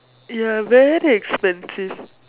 ya very expensive